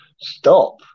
stop